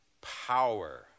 ...power